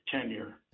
tenure